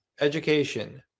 Education